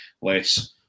less